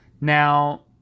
Now